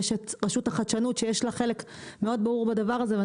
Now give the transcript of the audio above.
יש את רשות החדשנות שיש לה חלק מאוד ברור בדבר הזה ואני